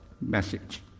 message